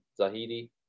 Zahidi